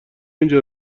اینجا